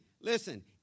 Listen